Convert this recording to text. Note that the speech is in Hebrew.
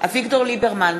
אביגדור ליברמן,